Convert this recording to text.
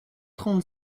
trente